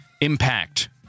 impact